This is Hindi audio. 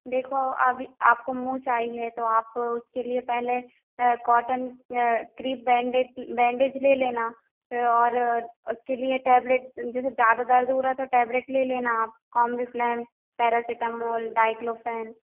देखो अभी आपको मोच आई है तो आप उसके लिए पहले कॉटन क्रीप बैंडेज बैंडेज ले लेना और उसके लिए टैबलेट जैसे ज्यादा दर्द हो रहा है तो टैबलेट ले लेना आप कॉम्बिफ्लेम पैरासिटामोल डाइक्लोफेन